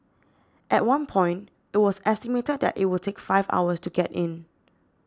at one point it was estimated that it would take five hours to get in